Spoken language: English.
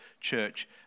Church